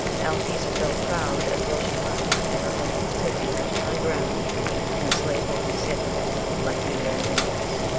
althesa felt proud, as well she might, at her husband's taking such high ground in a slaveholding city like new orleans.